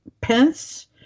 Pence